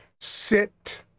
sit